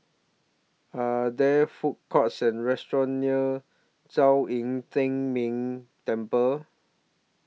Are There Food Courts Or restaurants near Zhong Yi Tian Ming Temple